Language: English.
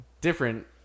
different